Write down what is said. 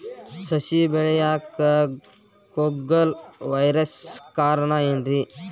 ಸಸಿ ಬೆಳೆಯಾಕ ಕುಗ್ಗಳ ವೈರಸ್ ಕಾರಣ ಏನ್ರಿ?